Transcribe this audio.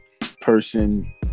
Person